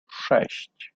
sześć